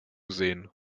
sehen